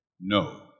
no